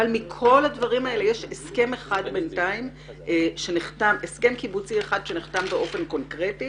מכל הדברים הללו יש בינתיים הסכם קיבוצי אחד שנחתם באופן קונקרטי